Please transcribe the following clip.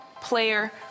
player